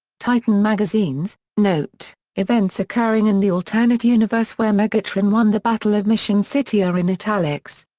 titan magazines note events occurring in the alternate universe where megatron won the battle of mission city are in italics.